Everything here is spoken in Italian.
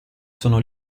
sono